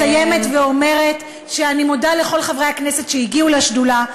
אני מסיימת ואומרת שאני מודה לכל חברי הכנסת שהגיעו לשדולה,